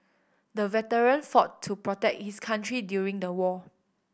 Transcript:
the veteran fought to protect his country during the war